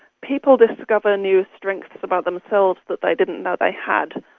people discover new strengths about themselves that they didn't know they had,